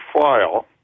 file